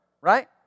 right